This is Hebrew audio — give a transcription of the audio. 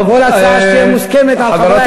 כל הצעה שתהיה מוסכמת על חברי הכנסת.